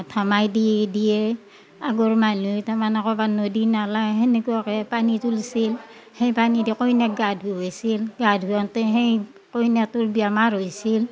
ধামাইদি দিয়ে আগৰ মানহুই তাৰমানে ক'ৰবাৰ নদী নালা সেনেকুৱাকে পানী তুলিছিল সেই পানী দি কইনাক গা ধুৱাইছিল গা ধুৱাওঁতে সেই কইনাটোৰ বেমাৰ হৈছিল